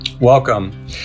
Welcome